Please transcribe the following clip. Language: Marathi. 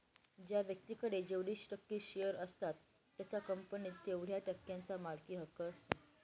ज्या व्यक्तीकडे जेवढे टक्के शेअर असतात त्याचा कंपनीत तेवढया टक्क्यांचा मालकी हक्क असतो